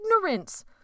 Ignorance